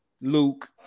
Luke